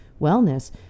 wellness